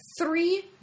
Three